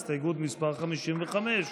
הסתייגות מס' 55,